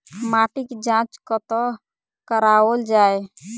माटिक जाँच कतह कराओल जाए?